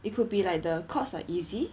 it could be like the chords are easy